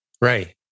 Right